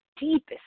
deepest